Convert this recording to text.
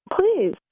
Please